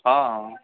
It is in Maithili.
हँ